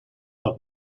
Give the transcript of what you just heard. dat